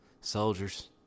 soldiers